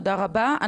תודה רבה,